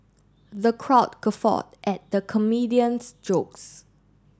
the crowd guffawed at the comedian's jokes